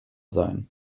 sein